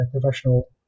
professional